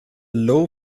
low